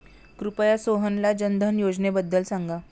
कृपया सोहनला जनधन योजनेबद्दल सांगा